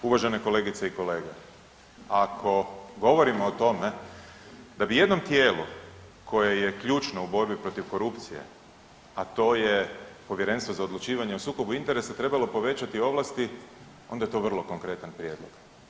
Uvažene kolegice i kolege, ako govorimo o tome da bi jednom tijelu koje je ključno u borbi protiv korupcije, a to je Povjerenstvo za odlučivanje o sukobu interesa trebalo povećati ovlasti onda je to vrlo konkretan prijedlog.